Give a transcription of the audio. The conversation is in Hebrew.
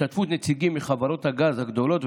בהשתתפות נציגים מחברות הגז הגדולות,